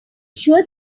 sure